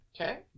Okay